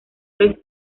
vez